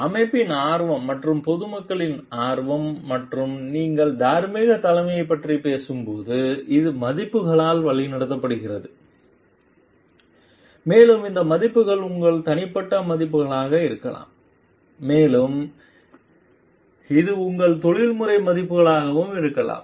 அமைப்பின் ஆர்வம் மற்றும் பொதுமக்களின் ஆர்வம் மற்றும் நீங்கள் தார்மீக தலைமையைப் பற்றி பேசும்போது இது மதிப்புகளால் வழிநடத்தப்படுகிறது மேலும் இந்த மதிப்புகள் உங்கள் தனிப்பட்ட மதிப்பாக இருக்கலாம் மேலும் இது உங்கள் தொழில்முறை மதிப்புகளாகவும் இருக்கலாம்